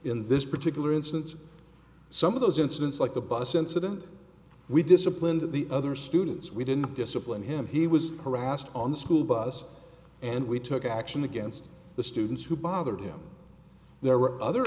in this particular instance some of those incidents like the bus incident we disciplined the other students we didn't discipline him he was harassed on the school bus and we took action against the students who bothered him there were other